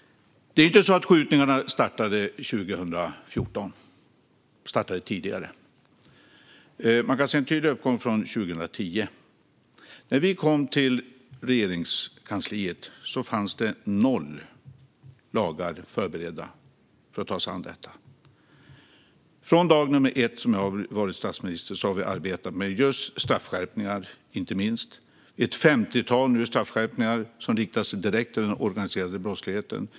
Det är inte så att skjutningarna startade 2014, utan de startade tidigare. Man kan se en tydlig uppgång från 2010. När vi kom till Regeringskansliet fanns det noll lagar förberedda för att ta sig an detta. Från dag nummer ett då jag blev statsminister har vi arbetat med inte minst straffskärpningar. Ett femtiotal straffskärpningar riktar sig nu direkt mot den organiserade brottsligheten.